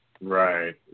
Right